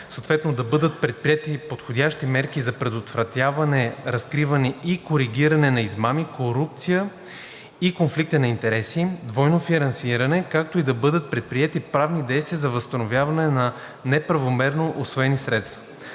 съответно да бъдат предприети подходящи мерки за предотвратяване, разкриване и коригиране на измами, корупция и конфликти на интереси, двойно финансиране, както и да бъдат предприети правни действия за възстановяване на неправомерно усвоени средства.